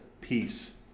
peace